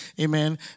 Amen